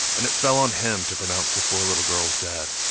and it fell on him to pronounce the four little girls dead.